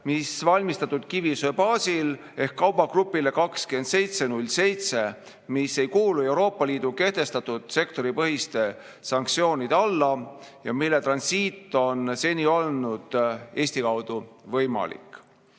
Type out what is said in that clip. mis on valmistatud kivisöe baasil, ehk kaubagrupile 2707, mis ei kuulu Euroopa Liidu kehtestatud sektoripõhiste sanktsioonide alla ja mille transiit on seni olnud Eesti kaudu võimalik.